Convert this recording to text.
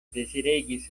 deziregis